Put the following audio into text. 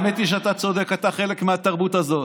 האמת היא שאתה צודק, אתה חלק מהתרבות הזאת.